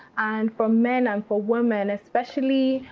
and for men and for women especially,